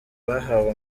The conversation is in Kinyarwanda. bahawe